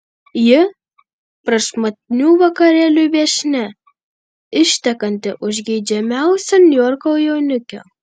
ji prašmatnių vakarėlių viešnia ištekanti už geidžiamiausio niujorko jaunikio